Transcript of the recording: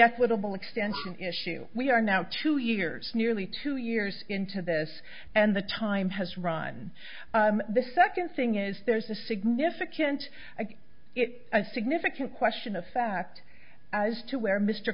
equitable extensions issue we are now two years nearly two years into this and the time has run the second thing is there's a significant it's a significant question of fact as to where m